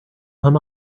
him